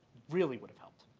really would have helped.